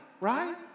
right